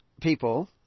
people